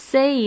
Say